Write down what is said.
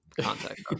contact